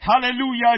Hallelujah